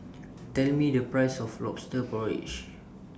Tell Me The Price of Lobster Porridge